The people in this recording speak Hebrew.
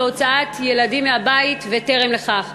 של חברת הכנסת עליזה לביא וקבוצת חברי הכנסת,